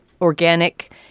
organic